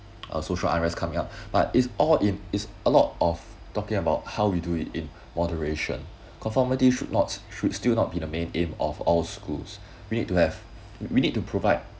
uh social unrest coming out but it's all in is a lot of talking about how we do it in moderation conformity should not should still not been the main aim of all schools we need to have we need to provide